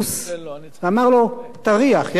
ואמר לו: תריח, יש לזה ריח?